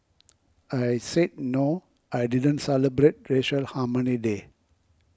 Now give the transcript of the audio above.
I said no I didn't celebrate racial harmony day